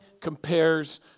compares